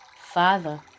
father